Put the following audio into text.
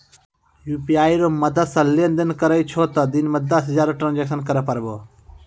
UPI रो मदद से लेनदेन करै छहो तें दिन मे दस हजार रो ट्रांजेक्शन करै पारभौ